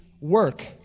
work